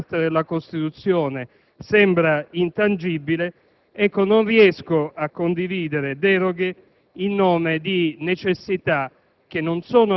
Non vi è un tempo di guerra in atto, non vi è un tempo di guerra a breve - grazie a Dio! - e neanche a medio e lungo termine.